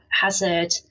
hazard